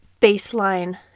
baseline